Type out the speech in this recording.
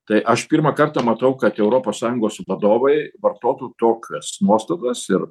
tai aš pirmą kartą matau kad europos sąjungos vadovai vartotų tokias nuostatas ir